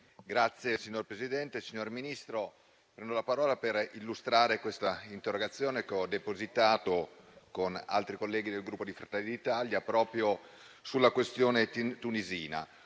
*(FdI)*. Signor Presidente, signor Ministro, prendo la parola per illustrare questa interrogazione che ho depositato con altri colleghi del Gruppo di Fratelli d'Italia proprio sulla questione tunisina,